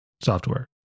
software